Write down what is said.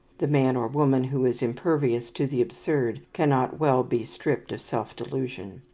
the man or woman who is impervious to the absurd cannot well be stripped of self-delusion.